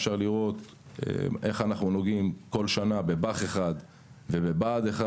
אפשר לראות איך אנחנו נוגעים כל שנה בבא"ח אחד ובבה"ד אחד.